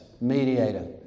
mediator